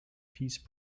peace